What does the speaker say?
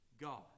God